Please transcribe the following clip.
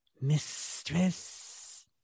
Mistress